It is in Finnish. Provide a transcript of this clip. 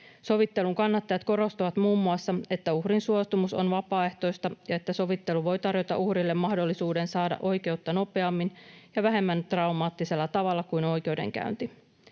Sovittelun kannattajat korostavat muun muassa, että uhrin suostumus on vapaaehtoista ja että sovittelu voi tarjota uhrille mahdollisuuden saada oikeutta nopeammin ja vähemmän traumaattisella tavalla kuin oikeudenkäynti.